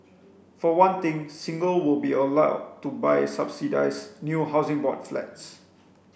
for one thing single will be allowed to buy subsidised new Housing Board flats